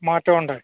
മാറ്റം ഉണ്ട്